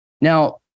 Now